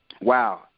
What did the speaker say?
Wow